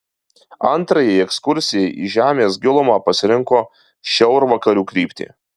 antrajai ekskursijai į žemės gilumą pasirinko šiaurvakarių kryptį